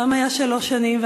שפעם היה שלוש שנים,